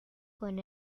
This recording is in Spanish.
con